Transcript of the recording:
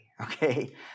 Okay